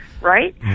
right